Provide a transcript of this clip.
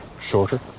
shorter